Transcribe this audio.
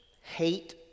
hate